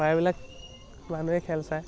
প্ৰায়বিলাক মানুহে খেল চায়